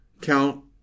count